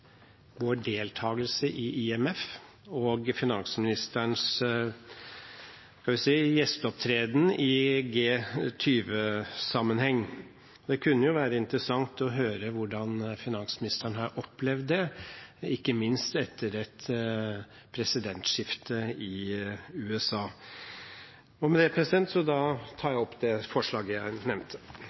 være interessant å høre hvordan finansministeren har opplevd det, ikke minst etter presidentskiftet i USA. Med det tar jeg opp det forslaget jeg nevnte.